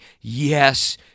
yes